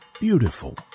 beautiful